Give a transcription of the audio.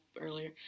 earlier